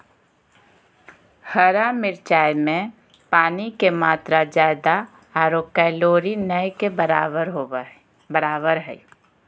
हरा मिरचाय में पानी के मात्रा ज्यादा आरो कैलोरी नय के बराबर हइ